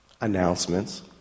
Announcements